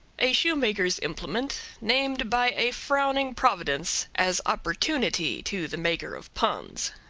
a shoemaker's implement, named by a frowning providence as opportunity to the maker of puns.